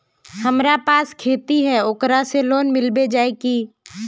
हमरा पास खेती है ओकरा से लोन मिलबे जाए की?